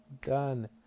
done